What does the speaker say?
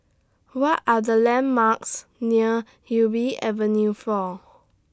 What Are The landmarks near Ubi Avenue four